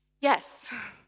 Yes